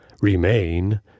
remain